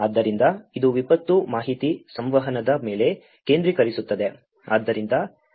ಆದ್ದರಿಂದ ಇದು ವಿಪತ್ತು ಮಾಹಿತಿ ಸಂವಹನದ ಮೇಲೆ ಕೇಂದ್ರೀಕರಿಸುತ್ತದೆ